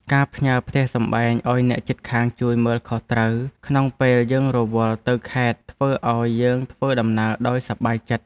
ការផ្ញើផ្ទះសម្បែងឱ្យអ្នកជិតខាងជួយមើលខុសត្រូវក្នុងពេលយើងរវល់ទៅខេត្តធ្វើឱ្យយើងធ្វើដំណើរដោយសប្បាយចិត្ត។